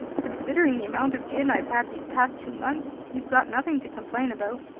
considering the amount of gin i've had these past two months, you've got nothing to complain about!